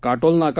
Katolnaka